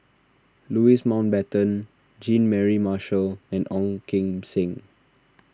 Louis Mountbatten Jean Mary Marshall and Ong Kim Seng